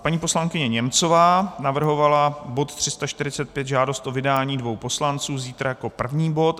Paní poslankyně Němcová navrhovala bod 345, žádost o vydání dvou poslanců, zítra jako první bod.